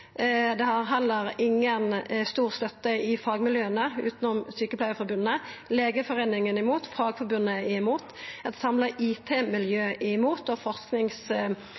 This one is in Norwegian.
har heller inga stor støtte i fagmiljøa, utanom Sykepleierforbundet. Legeforeningen er imot, Fagforbundet er imot, eit samla IT-miljø er imot, og